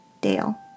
Dale